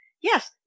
Yes